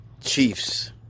Chiefs